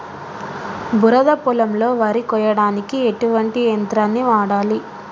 బురద పొలంలో వరి కొయ్యడానికి ఎటువంటి యంత్రాన్ని వాడాలి?